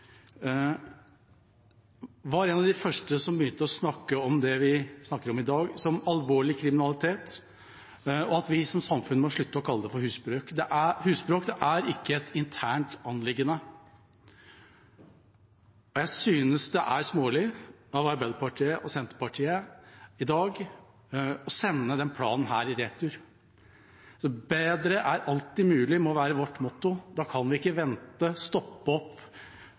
var en av de første som begynte å snakke om dette som alvorlig kriminalitet, og at vi som samfunn må slutte å kalle det for husbråk. Det er ikke et internt anliggende. Jeg synes det er smålig av Arbeiderpartiet og Senterpartiet i dag å sende denne planen i retur. Bedre er alltid mulig, må være vårt motto. Da kan vi ikke vente, stoppe opp,